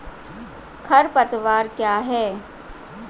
खरपतवार क्या है?